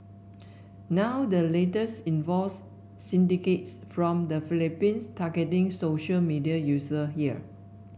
now the latest involves syndicates from the Philippines targeting social media user here